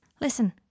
Listen